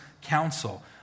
counsel